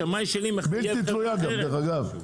בלתי תלויה גם דרך אגב.